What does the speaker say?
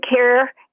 care